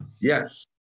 Yes